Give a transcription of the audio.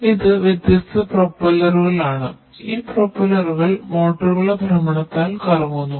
അതിനാൽ ഇവ ഈ വ്യത്യസ്ത പ്രൊപ്പല്ലറുകളാണ് ഈ പ്രൊപ്പല്ലറുകൾ മോട്ടോറുകളുടെ ഭ്രമണത്താൽ കറങ്ങുന്നു